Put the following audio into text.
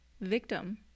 victim